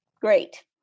Great